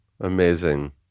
Amazing